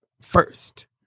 first